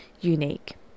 unique